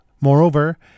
Moreover